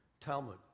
Talmud